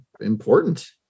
important